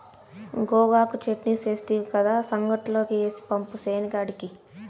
గోగాకు చెట్నీ సేస్తివి కదా, సంగట్లోకి ఏసి పంపు సేనికాడికి